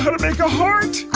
to make a heart.